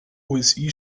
osi